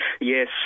yes